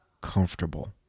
comfortable